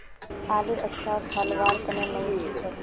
आलूर अच्छा फलवार तने नई की करूम?